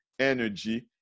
energy